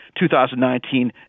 2019